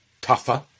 tougher